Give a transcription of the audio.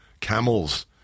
camels